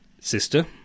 sister